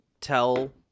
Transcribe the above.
tell